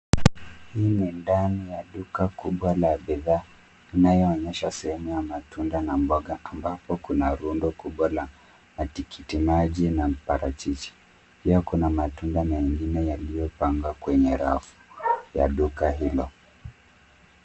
Hii ni ndani ya duka kubwa la bidhaa inayoonyesha sehemu ya matunda na mboga ambapo kuna rundo kubwa la matikiti maji na parachichi pia kuna matunda mengine yaliyopangwa kwenye rafu ya duka hilo.